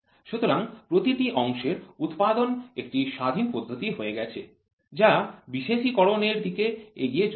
সুতরাং প্রতিটি অংশের উৎপাদন একটি স্বাধীন পদ্ধতি হয়ে গেছে যা বিশেষীকরণ এর দিকে এগিয়ে চলেছে